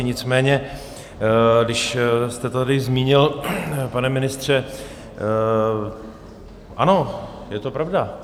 Nicméně když jste tady zmínil, pane ministře ano, je to pravda.